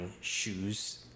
shoes